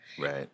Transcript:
Right